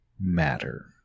matter